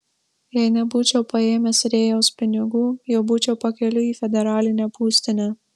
jei nebūčiau paėmęs rėjaus pinigų jau būčiau pakeliui į federalinę būstinę